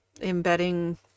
embedding